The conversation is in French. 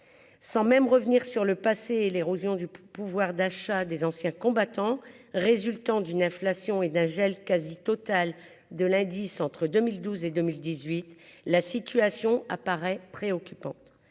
sans même revenir sur le passé et l'érosion du pouvoir d'achat des anciens combattants, résultant d'une inflation et d'un gel quasi totale de l'indice entre 2012 et 2018, la situation apparaît préoccupante,